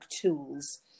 tools